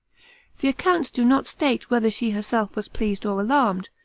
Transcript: the accounts do not state whether she herself was pleased or alarmed,